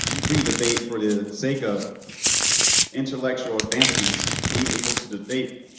free debate for the sake of intellectual advancements, being able to debate,